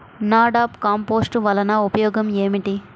NADEP compost వలన ఉపయోగం ఏమిటి?